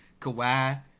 Kawhi